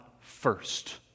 first